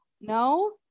No